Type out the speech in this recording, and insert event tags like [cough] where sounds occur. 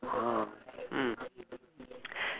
oh mm [breath]